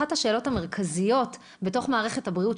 אחת השאלות המרכזיות בתוך מערכת הבריאות,